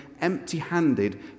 empty-handed